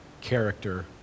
character